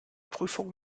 prüfung